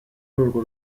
urwo